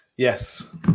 yes